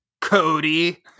Cody